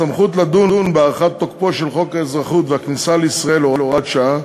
הסמכות לדון בהארכת תוקפו של חוק האזרחות והכניסה לישראל (הוראת שעה),